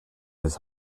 his